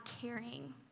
caring